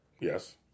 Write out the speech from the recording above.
Yes